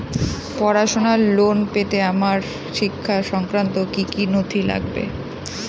পড়াশুনোর লোন পেতে আমার শিক্ষা সংক্রান্ত কি কি নথি লাগবে?